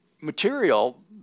material